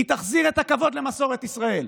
היא תחזיר את הכבוד למסורת ישראל,